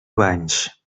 banys